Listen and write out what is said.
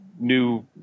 new